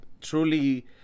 truly